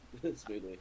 smoothly